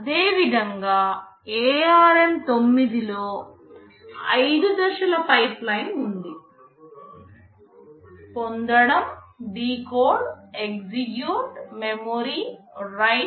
అదేవిధంగా ARM9 లో 5 దశల పైప్లైన్ ఉంది పొందడం డీకోడ్ ఎగ్జిక్యూట్ మెమరీ రైట్